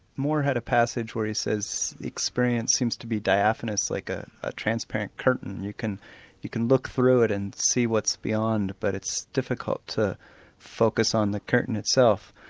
moore had a passage where he says experience seems to be diaphanous, like ah a transparent curtain you can you can look through it and see what's beyond, but it's difficult to focus on the curtain itself.